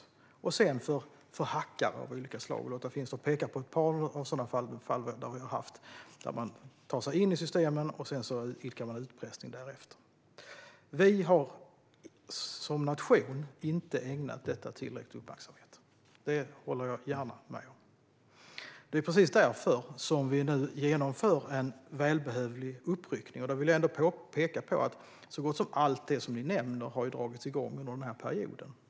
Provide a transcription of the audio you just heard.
Sedan finns det även risk för hackare av olika slag, och Lotta Finstorp pekar på ett par sådana fall som vi har haft där man har tagit sig in i systemen och därefter idkat utpressning. Vi har som nation inte ägnat detta tillräcklig uppmärksamhet. Det håller jag gärna med om. Det är precis därför vi nu genomför en välbehövlig uppryckning, och då vill jag ändå peka på att så gott som allt vi nämner har dragits igång under den här perioden.